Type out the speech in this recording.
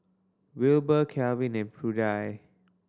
Wilbur Calvin and Prudie